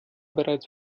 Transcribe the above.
bereits